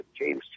James